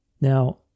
Now